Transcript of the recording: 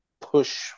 push